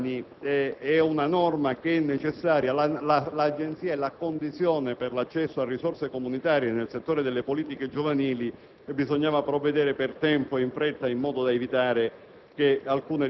per i giovani. È una norma necessaria: la costituzione dell'agenzia è la condizione per l'accesso a risorse comunitarie nel settore delle politiche giovanili e bisognava provvedere per tempo, in fretta, per evitare